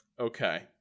Okay